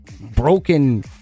broken